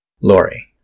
Lori